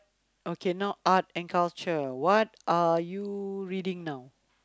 okay now Art and Culture what are you reading now